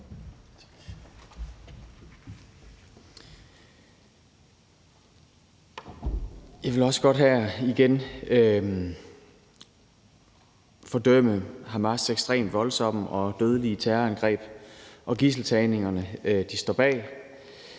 Jeg vil også godt her igen fordømme Hamas' ekstremt voldsomme og dødelige terrorangreb og gidseltagningerne, de står bag.